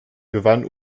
gewann